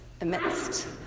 amidst